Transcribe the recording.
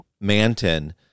Manton